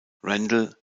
randall